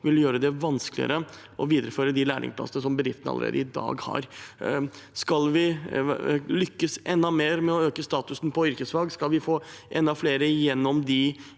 vil gjøre det vanskeligere å videreføre de lærlingplassene som bedriftene allerede har i dag. Skal vi lykkes enda mer med å øke statusen til yrkesfag, og skal vi få enda flere gjennom de